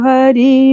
Hari